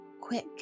quick